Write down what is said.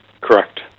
Correct